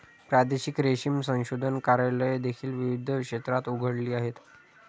प्रादेशिक रेशीम संशोधन कार्यालये देखील विविध क्षेत्रात उघडली आहेत